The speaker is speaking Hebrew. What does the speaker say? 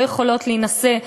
לא יכולות להינשא,